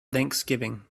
thanksgiving